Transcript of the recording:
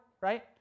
right